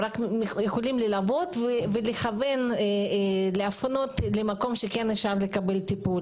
הן יכולות לכוון ולהפנות למקומות בהם כן אפשר לקבל טיפול,